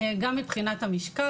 גם מבחינת המשקל.